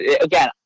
again